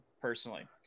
personally